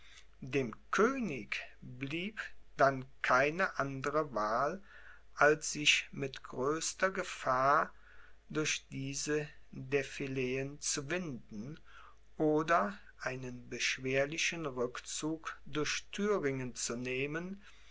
dem könig blieb dann keine andere wahl als sich mit größter gefahr durch diese defileen zu winden oder einen beschwerlichen rückzug durch thüringen zu nehmen